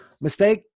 mistake